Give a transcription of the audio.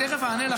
תכף אענה לך,